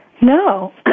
No